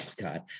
god